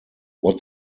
what